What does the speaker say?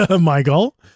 Michael